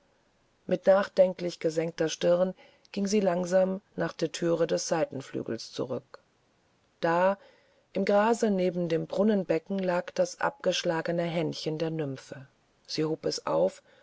mit nachdenklich gesenkter stirn ging sie langsam nach der thüre des seitenflügels zurück da im grase neben dem brunnenbecken lag das abgeschlagene händchen der nymphe sie hob es auf